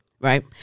Right